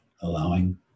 allowing